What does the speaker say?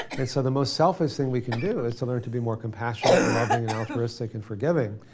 and so, the most selfless thing we can do is to learn to be more compassionate and loving and altruistic and forgiving.